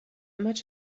much